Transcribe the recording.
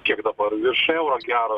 kiek dabar virš euro gero